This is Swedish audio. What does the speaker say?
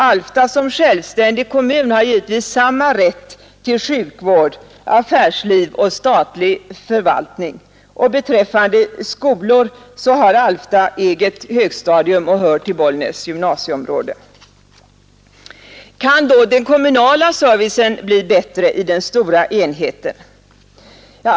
Alfta som självständig kommun har givetvis samma rätt till sjukvård, affärsliv och statlig förvaltning, och beträffande skolor har Alfta eget högstadium och hör till Bollnäs gymnasieområde. Kan då den kommunala servicen bli bättre i den stora enheten?